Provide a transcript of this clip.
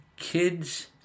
Kids